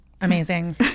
Amazing